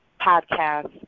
Podcast